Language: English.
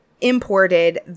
imported